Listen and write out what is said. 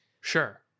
Sure